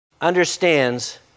understands